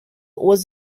was